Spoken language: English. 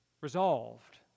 resolved